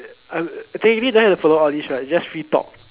uh technically don't have to follow all these right is just free talk